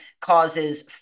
causes